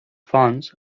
fonts